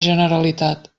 generalitat